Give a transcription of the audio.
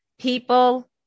People